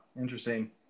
Interesting